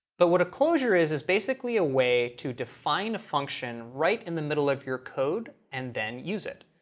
but what a closure is is basically a way to define a function right in the middle of your code and then use it.